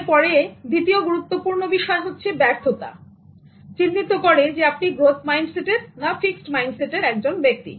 ব্যর্থতা দ্বিতীয় গুরুত্বপূর্ণ বিষয় চিহ্নিত করে যে আপনি গ্রোথ মাইন্ডসেটের না ফিক্সড মাইন্ডসেটের একজন ব্যক্তি